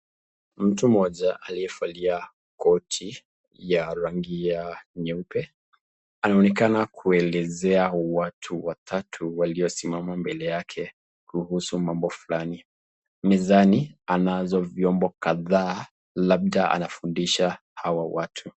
Mtu mmoja aliyevalia koti ya rangi ya nyeupe anaonekana kuelezea watu watatu waliosimama mbele yake kuhusu mambo fulani. Mezani anazo vyombo kadhaa labda anafundisha hawa watu.